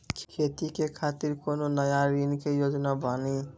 खेती के खातिर कोनो नया ऋण के योजना बानी?